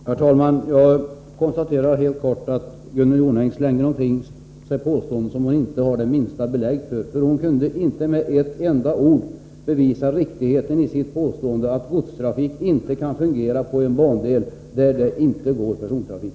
Herr talman! Jag konstaterar helt kort att Gunnel Jonäng slänger omkring sig påståenden som hon inte har det minsta belägg för. Hon kunde inte med ett enda ord bevisa riktigheten i sitt påstående att godstrafik inte kan fungera på en bandel där det inte går persontrafik.